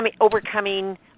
overcoming